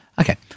Okay